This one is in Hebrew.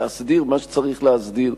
להסדיר מה שצריך להסדיר,